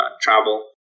travel